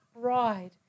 bride